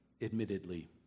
admittedly